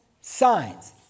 signs